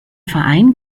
verein